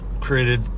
created